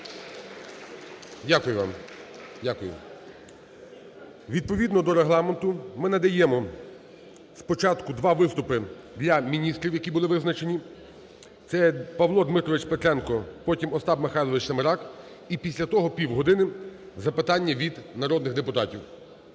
Дякую. Відповідно до Регламенту ми надаємо спочатку два виступи для міністрів, які були визначені, це Павло Дмитрович Петренко, потім – Остап Михайлович Семерак, і після того півгодини – запитання від народних депутатів.